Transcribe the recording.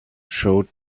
showed